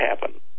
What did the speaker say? happen